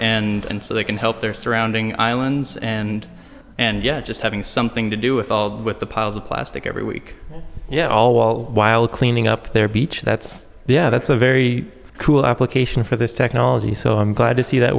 tribe and so they can help their surrounding islands and and yet just having something to do with all with the piles of plastic every week yeah all while cleaning up their beach that's there that's a very cool application for this technology so i'm glad to see that